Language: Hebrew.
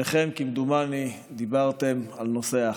שניכם, כמדומני, דיברתם על נושא האחדות.